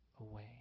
away